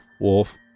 Wolf